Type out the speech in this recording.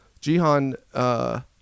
Jihan